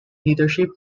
leadership